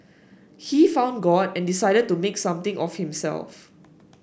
he found God and decided to make something of himself